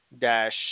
dash